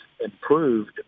improved